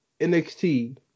NXT